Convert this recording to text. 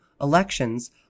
elections